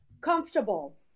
comfortable